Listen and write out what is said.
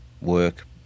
work